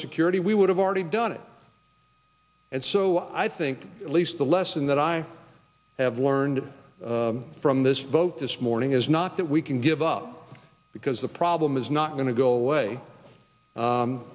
security we would have already done it and so i think at least the lesson that i have learned from this vote this morning is not that we can give up because the problem is not going to go away